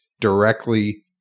directly